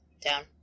down